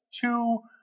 two